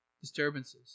disturbances